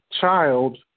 child